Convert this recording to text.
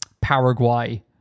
Paraguay